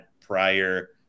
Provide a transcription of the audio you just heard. prior